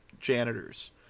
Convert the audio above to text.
janitors